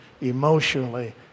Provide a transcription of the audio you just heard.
emotionally